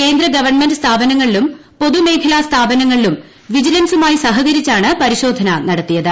കേന്ദ്ര ഗവൺമെന്റ് സ്ഫാപനങ്ങളിലും പൊതുമേഖല സ്ഥാപനങ്ങളിലും വിജിലൻസുമായി സ്ഫ്കരിച്ചാണ് പരിശോധന നടത്തിയത്